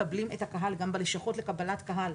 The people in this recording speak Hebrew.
מקבלים את הקהל גם בלשכות לקבל קהל.